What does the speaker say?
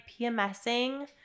PMSing